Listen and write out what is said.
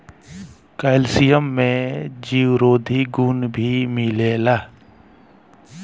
calcium में जीवरोधी गुण भी मिलेला